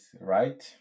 right